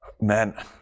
Man